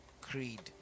creed